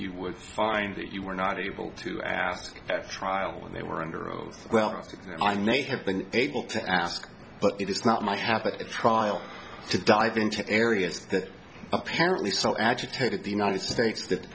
you would find that you were not able to ask at trial when they were under oath well i may have been able to ask but it is not my habit at trial to dive into areas that apparently so agitated the united states that